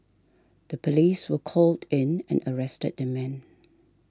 the police were called in and arrested the man